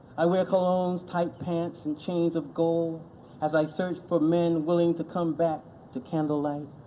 i wear colognes, tight pants and chains of gold as i search for men willing to come back to candlelight.